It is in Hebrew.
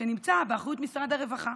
שנמצא באחריות משרד הרווחה.